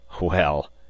Well